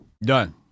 done